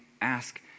ask